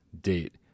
date